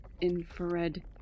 infrared